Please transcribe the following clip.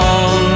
on